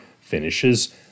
finishes